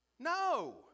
No